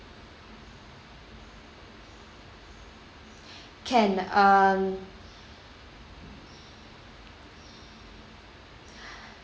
can um